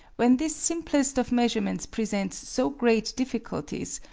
when this simplest of measurements presents so great difficulties,